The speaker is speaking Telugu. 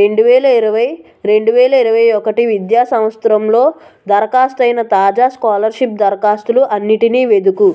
రెండు వేల ఇరవై రెండు వేల ఇరవై ఒకటి విద్యా సంవత్సరంలో దరఖాస్తయిన తాజా స్కాలర్షిప్ దరఖాస్తులు అన్నిటినీ వెదుకు